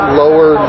lower